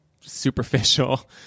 superficial